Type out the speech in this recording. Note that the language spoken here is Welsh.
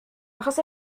achos